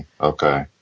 Okay